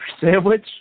sandwich